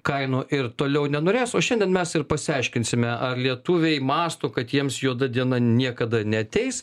kainų ir toliau nenorės o šiandien mes ir pasiaiškinsime ar lietuviai mąsto kad jiems juoda diena niekada neateis